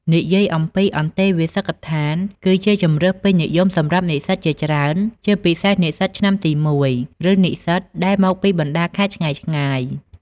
និយាយអំពី អន្តេវាសិកដ្ឋាន គឺជាជម្រើសពេញនិយមសម្រាប់និស្សិតជាច្រើន ជាពិសេសនិស្សិតឆ្នាំទី ១ ឬនិស្សិតដែលមកពីបណ្ដាខេត្តឆ្ងាយៗ។